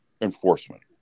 enforcement